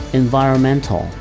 environmental